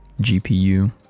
GPU